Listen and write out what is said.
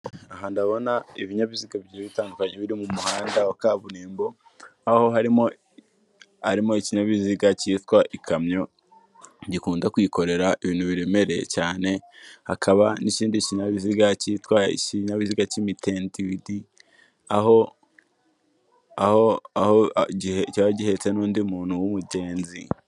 Ahantu ndabona ibinyabiziga bigiye bitandukanye biri mu muhanda wa kaburimbo aho harimo ikinyabiziga cyitwa ikamyo gikunda kwikorera ibintu biremereye cyane. Hakaba n'ikindi kinyabiziga cyitwa ikinyabiziga cy'imitende ibiri aho kiba gihetse n'undi muntu w'umugenzi.